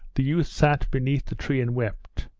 the youth sat beneath the tree and wept.